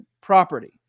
property